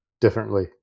differently